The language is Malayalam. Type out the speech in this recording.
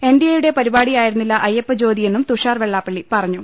എൻ ഡി എ യുടെ പരിപാടിയായിരുന്നില്ല അയ്യപ്പ ജ്യോതി എന്നും തുഷാർ വെള്ളാപ്പള്ളി പറഞ്ഞു